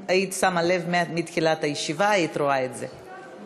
אם היית שמה לב מתחילת הישיבה, היית רואה את זה.